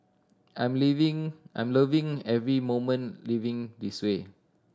I'm living I'm loving every moment living this way